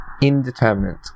indeterminate